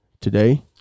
today